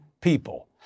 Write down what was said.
people